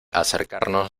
acercarnos